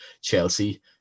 Chelsea